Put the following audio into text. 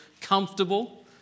comfortable